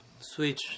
switch